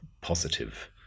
positive